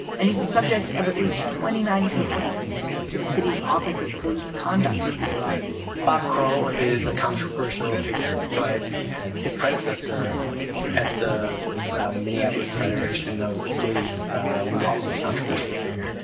and he's the subject of at least twenty nine complaints to the city's office of police conduct review bob croll is a controversial figure, but his predecessor at the minneapolis federation of police was also a controversial figure.